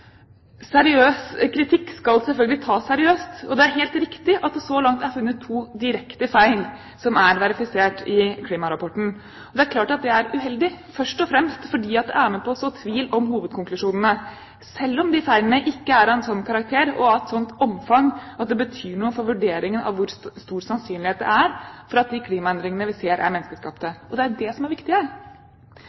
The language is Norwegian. Seriøs kritikk skal selvfølgelig tas seriøst. Det er helt riktig at det så langt er funnet to direkte feil, som er verifisert i klimarapporten. Det er klart at det er uheldig, først og fremst fordi det er med på å så tvil om hovedkonklusjonene, selv om feilene ikke er av en slik karakter eller av et slikt omfang at det betyr noe for vurderingen av hvor stor sannsynlighet det er for at de klimaendringene vi ser, er menneskeskapte. Det er det som er viktig